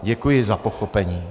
Děkuji za pochopení.